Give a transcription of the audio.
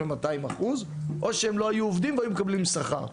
200% או שלא היו עובדים ומקבלים שכר.